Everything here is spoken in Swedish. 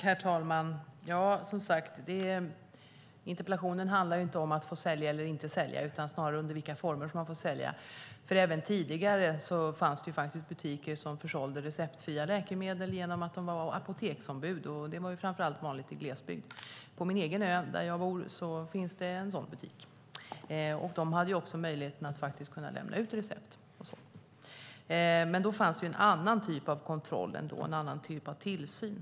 Herr talman! Interpellationen handlar inte om att få sälja eller inte sälja, utan snarare om under vilka former man får sälja. Även tidigare fanns det butiker som försålde receptfria läkemedel genom att de var apoteksombud. Det var framför allt vanligt i glesbygd. På min egen ö, där jag bor, finns en sådan butik. De hade också möjlighet att lämna ut läkemedel på recept, men då fanns en annan typ av kontroll och en annan typ av tillsyn.